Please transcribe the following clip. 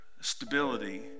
stability